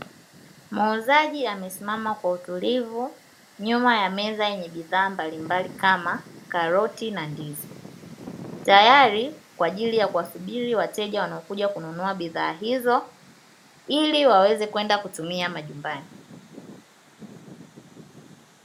Muuzaji amesimama kwenye utulivu nyuma ya meza yenye bidhaa mbalimbali kama karoti na ndizi, tayari kwa ajili ya kuwasubiri wateja wanaokuja kununua bidhaa hizo ili waweze kwenda kutumia majumbani.